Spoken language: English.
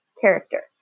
character